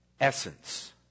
essence